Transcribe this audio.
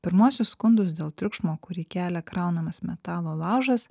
pirmuosius skundus dėl triukšmo kurį kelia kraunamas metalo laužas